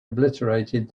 obliterated